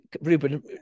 Ruben